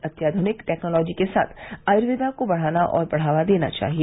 अत्याध्निक टेक्नॉलोजी के साथ आयुवेदा को बढ़ाना और बढ़ावा देना चाहिए